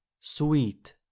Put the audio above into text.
sweet